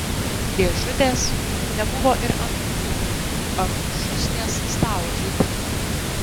dėžutės nebuvo ir ant grindų ar už šūsnies stalo žaidimų